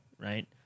Right